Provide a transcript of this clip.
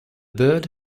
bird